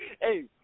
Hey